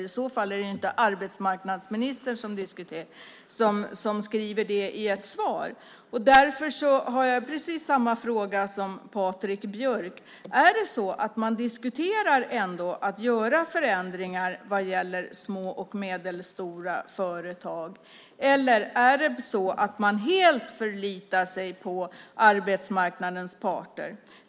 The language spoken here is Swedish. I så fall skriver inte arbetsmarknadsministern det i ett svar. Därför har jag precis samma fråga som Patrik Björck. Diskuterar man att göra förändringar när det gäller små och medelstora företag? Eller förlitar man sig helt på arbetsmarknadens parter?